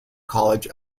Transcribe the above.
college